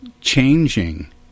changing